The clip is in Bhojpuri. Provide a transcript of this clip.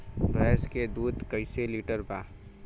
भैंस के दूध कईसे लीटर बा?